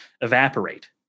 evaporate